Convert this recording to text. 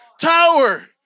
tower